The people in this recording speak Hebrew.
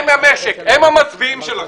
הם המשק, הם המצביעים שלכם.